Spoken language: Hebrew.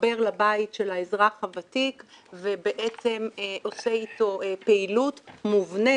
מתחבר לבית של האזרח הוותיק ובעצם עושה איתו פעילות מובנית.